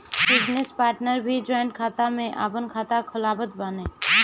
business partner भी joint खाता में आपन खाता खोलत बाने